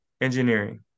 engineering